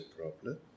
problem